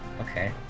Okay